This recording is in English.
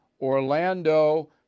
Orlando